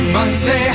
Monday